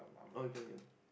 oh can can